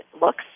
looks